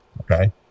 Okay